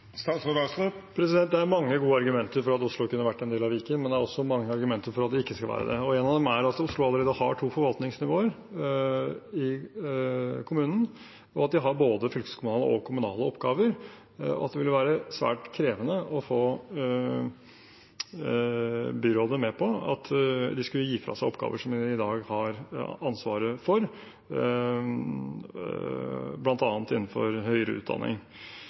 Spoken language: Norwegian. Det er mange gode argumenter for at Oslo kunne vært en del av Viken, men det er også mange argumenter for at det ikke skal være det. En av dem er at Oslo allerede har to forvaltningsnivåer i kommunen, at de har både fylkeskommunale og kommunale oppgaver, og at det ville være svært krevende å få byrådet med på at de skulle gi fra seg oppgaver som de i dag har ansvaret for, bl.a. innenfor høyere utdanning.